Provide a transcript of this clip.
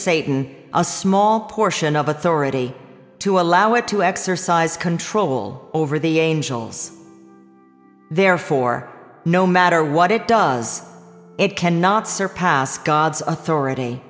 satan a small portion of authority to allow it to exercise control over the angels therefore no matter what it does it cannot surpass god's authority